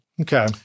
okay